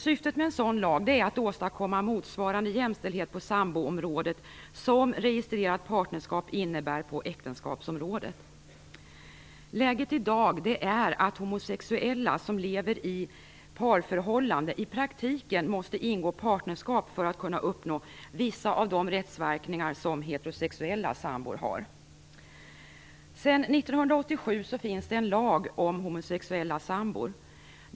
Syftet med en sådan lag är att åstadkomma motsvarande jämställdhet på samboområdet som registrerat partnerskap innebär på äktenskapsområdet. Läget i dag är att homosexuella, som lever i parförhållande, i praktiken måste ingå partnerskap för att kunna uppnå vissa av de rättsverkningar som heterosexuella sambor har. Sedan 1987 finns det en lag om homosexuella sambor.